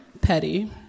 Petty